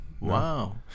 wow